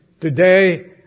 Today